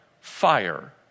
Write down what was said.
fire